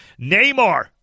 Neymar